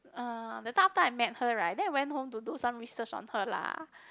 uh that time after I met her right then I went home to do some research on her lah